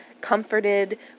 comforted